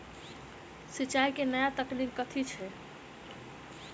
सिंचाई केँ नया तकनीक कथी छै?